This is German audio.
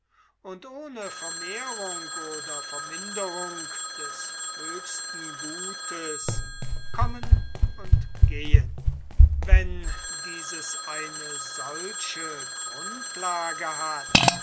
und ohne vermehrung oder verminderung des höchsten gutes kommen und gehen wenn dieses eine solche grundlage hat